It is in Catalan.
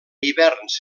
hiverns